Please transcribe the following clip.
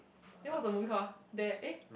then what's the movie call ah dare eh